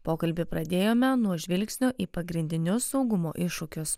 pokalbį pradėjome nuo žvilgsnio į pagrindinius saugumo iššūkius